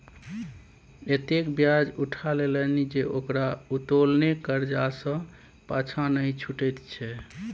एतेक ब्याज उठा लेलनि जे ओकरा उत्तोलने करजा सँ पाँछा नहि छुटैत छै